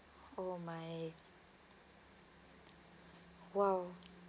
oh my !wow!